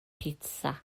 pitsa